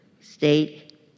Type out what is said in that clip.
state